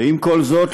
ועם כל זאת,